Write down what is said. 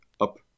up